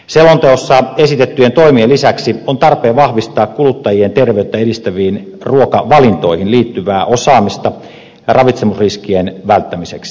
selonteossa esitettyjen toimien lisäksi on tarpeen vahvistaa kuluttajien terveyttä edistäviin ruokavalintoihin liittyvää osaamista ravitsemusriskien välttämiseksi